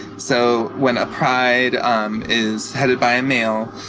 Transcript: so when a pride um is headed by a male,